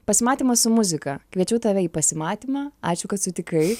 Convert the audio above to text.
pasimatymas su muzika kviečiu tave į pasimatymą ačiū kad sutikai